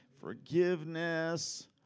forgiveness